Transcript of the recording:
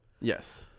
Yes